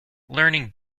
learning